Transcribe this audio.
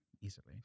easily